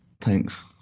Thanks